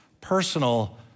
Personal